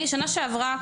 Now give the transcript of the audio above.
שנה שעברה